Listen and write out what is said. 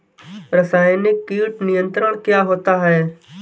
रसायनिक कीट नियंत्रण क्या होता है?